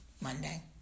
Monday